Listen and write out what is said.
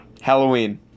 Halloween